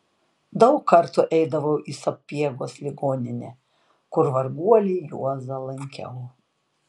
daug kartų eidavau į sapiegos ligoninę kur varguolį juozą lankiau